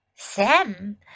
Sam